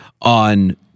on